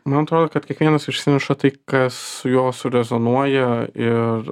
man atrodo kad kiekvienas išsineša tai kas su juo surezonuoja ir